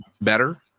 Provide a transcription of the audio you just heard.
better